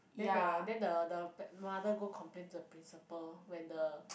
then the then the the mother go complain to the principle when the